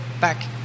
back